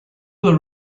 were